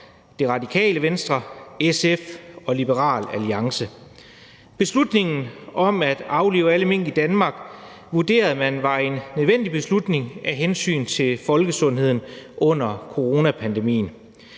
Radikale Venstre, SF og Liberal Alliance med i aftalen. Beslutningen om at aflive alle mink i Danmark vurderede man var en nødvendig beslutning af hensyn til folkesundheden under coronapandemien.